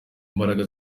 mbaraga